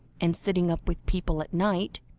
and sitting up with people at night,